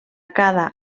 cada